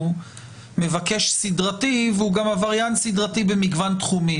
מבקש סדרתי וגם עבריין סדרתי במגוון תחומים.